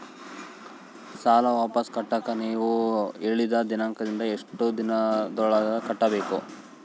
ಸಾಲ ವಾಪಸ್ ಕಟ್ಟಕ ನೇವು ಹೇಳಿದ ದಿನಾಂಕದಿಂದ ಎಷ್ಟು ದಿನದೊಳಗ ಕಟ್ಟಬೇಕು?